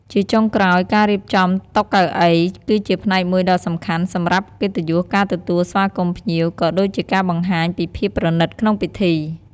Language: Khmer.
ជាចុងក្រោយការរៀបចំ តុកៅអី គឺជាផ្នែកមួយដ៏សំខាន់ សម្រាប់កិត្តិយសការទទួលស្វាគមន៍ភ្ញៀវ ក៏ដូចជាការបង្ហាញពីភាពប្រណិតក្នុងពិធី។